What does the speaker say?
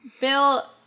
Bill